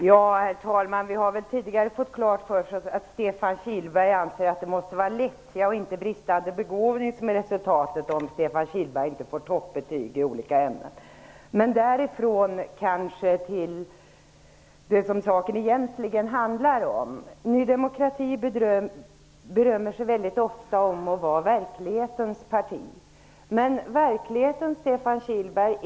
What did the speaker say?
Herr talman! Vi har tidigare fått klart för oss att Stefan Kihlberg anser att det måste vara lättja och inte bristande begåvning som är orsaken om inte Stefan Kihlberg får toppbetyg i olika ämnen. Därifrån till det som saken egentligen handlar om. Ny demokrati berömmer sig sig ofta om att vara verklighetens parti. Men verkligheten, Stefan Kihlberg.